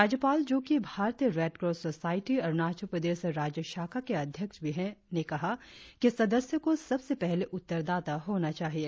राज्यपाल जो कि भारतीय Red Cross Society Arunachal Pradesh राज्य शाखा के अध्यक्ष भी है ने कहा कि सदस्यों को सबसे पहले उत्तरदाता होना चाहिए